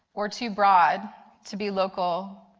or too broad to be local,